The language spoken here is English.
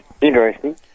Interesting